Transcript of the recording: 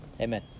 amen